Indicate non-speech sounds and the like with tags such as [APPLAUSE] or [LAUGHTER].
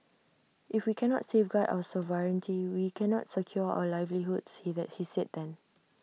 if we cannot safeguard our sovereignty we cannot secure our livelihoods he [UNINTELLIGIBLE] he said then